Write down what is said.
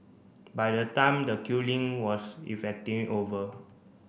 by the time the killing was effectively over